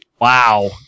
Wow